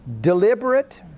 Deliberate